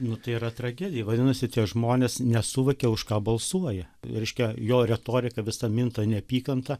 nu tai yra tragedija vadinasi tie žmonės nesuvokia už ką balsuoja reiškia jo retorika visa minta neapykanta